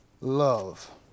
Love